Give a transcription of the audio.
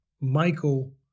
Michael